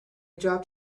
dropped